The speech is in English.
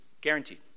Guaranteed